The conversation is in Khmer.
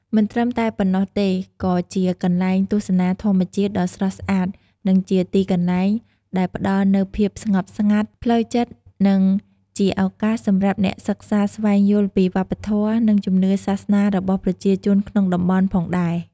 មិនត្រឹមតែប៉ុណ្ណោះទេក៏ជាកន្លែងទស្សនាធម្មជាតិដ៏ស្រស់ស្អាតនឹងជាទីកន្លែងដែលផ្តល់នូវភាពស្ងប់ស្ងាត់ផ្លូវចិត្ត និងជាឱកាសសម្រាប់អ្នកសិក្សាស្វែងយល់ពីវប្បធម៌ និងជំនឿសាសនារបស់ប្រជាជនក្នុងតំបន់ផងដែរ ។